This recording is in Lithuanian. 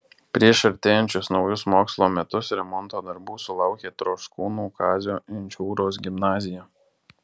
prieš artėjančius naujus mokslo metus remonto darbų sulaukė troškūnų kazio inčiūros gimnazija